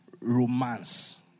romance